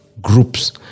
groups